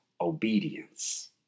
Obedience